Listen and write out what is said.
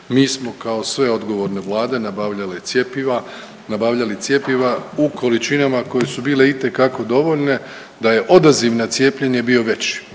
Mi smo kao sve odgovorne Vlade nabavljali cjepiva u količinama koje su bile itekako dovoljne da je odaziv na cijepljenje bio veći.